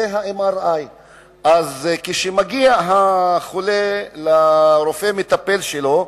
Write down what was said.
MRI. כשחולה מגיע לרופא המטפל שלו,